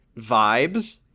vibes